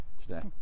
today